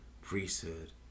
priesthood